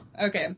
Okay